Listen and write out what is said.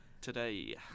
today